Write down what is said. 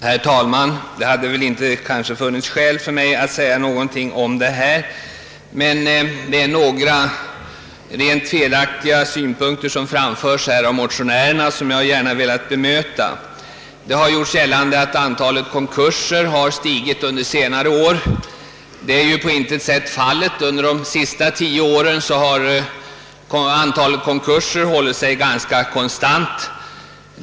Herr talman! Det skulle egentligen inte finnas skäl för mig att ta till orda i denna fråga, men det är några rent felaktiga synpunkter i motionen som jag vill bemöta. Motionärerna gör gällande, att antalet konkurser har stigit under senare år. Så är emellertid på intet sätt fallet. Under de senaste tio åren har antalet konkurser hållit sig ganska konstant.